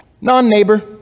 non-neighbor